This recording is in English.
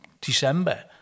December